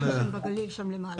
רוני פרבר,